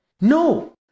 No